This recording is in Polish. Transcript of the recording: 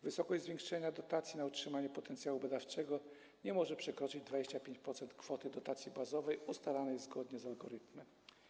Wysokość zwiększenia dotacji na utrzymanie potencjału badawczego nie może przekroczyć 25% kwoty dotacji bazowej ustalanej zgodnie z algorytmem.